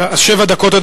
אדוני, שבע דקות.